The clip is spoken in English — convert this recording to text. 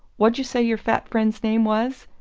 what'd you say your fat friend's name was?